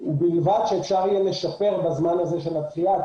ובלבד שאפשר יהיה לשפר בזמן הזה של הדחייה את